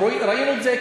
ראינו את זה,